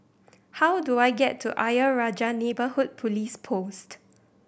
how do I get to Ayer Rajah Neighbourhood Police Post